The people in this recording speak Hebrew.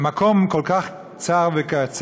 המקום כל כך צר וקצר,